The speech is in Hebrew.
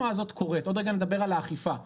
עוד רגע נדבר על האכיפה,